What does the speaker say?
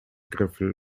griffel